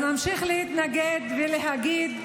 נמשיך להתנגד ולהגיד: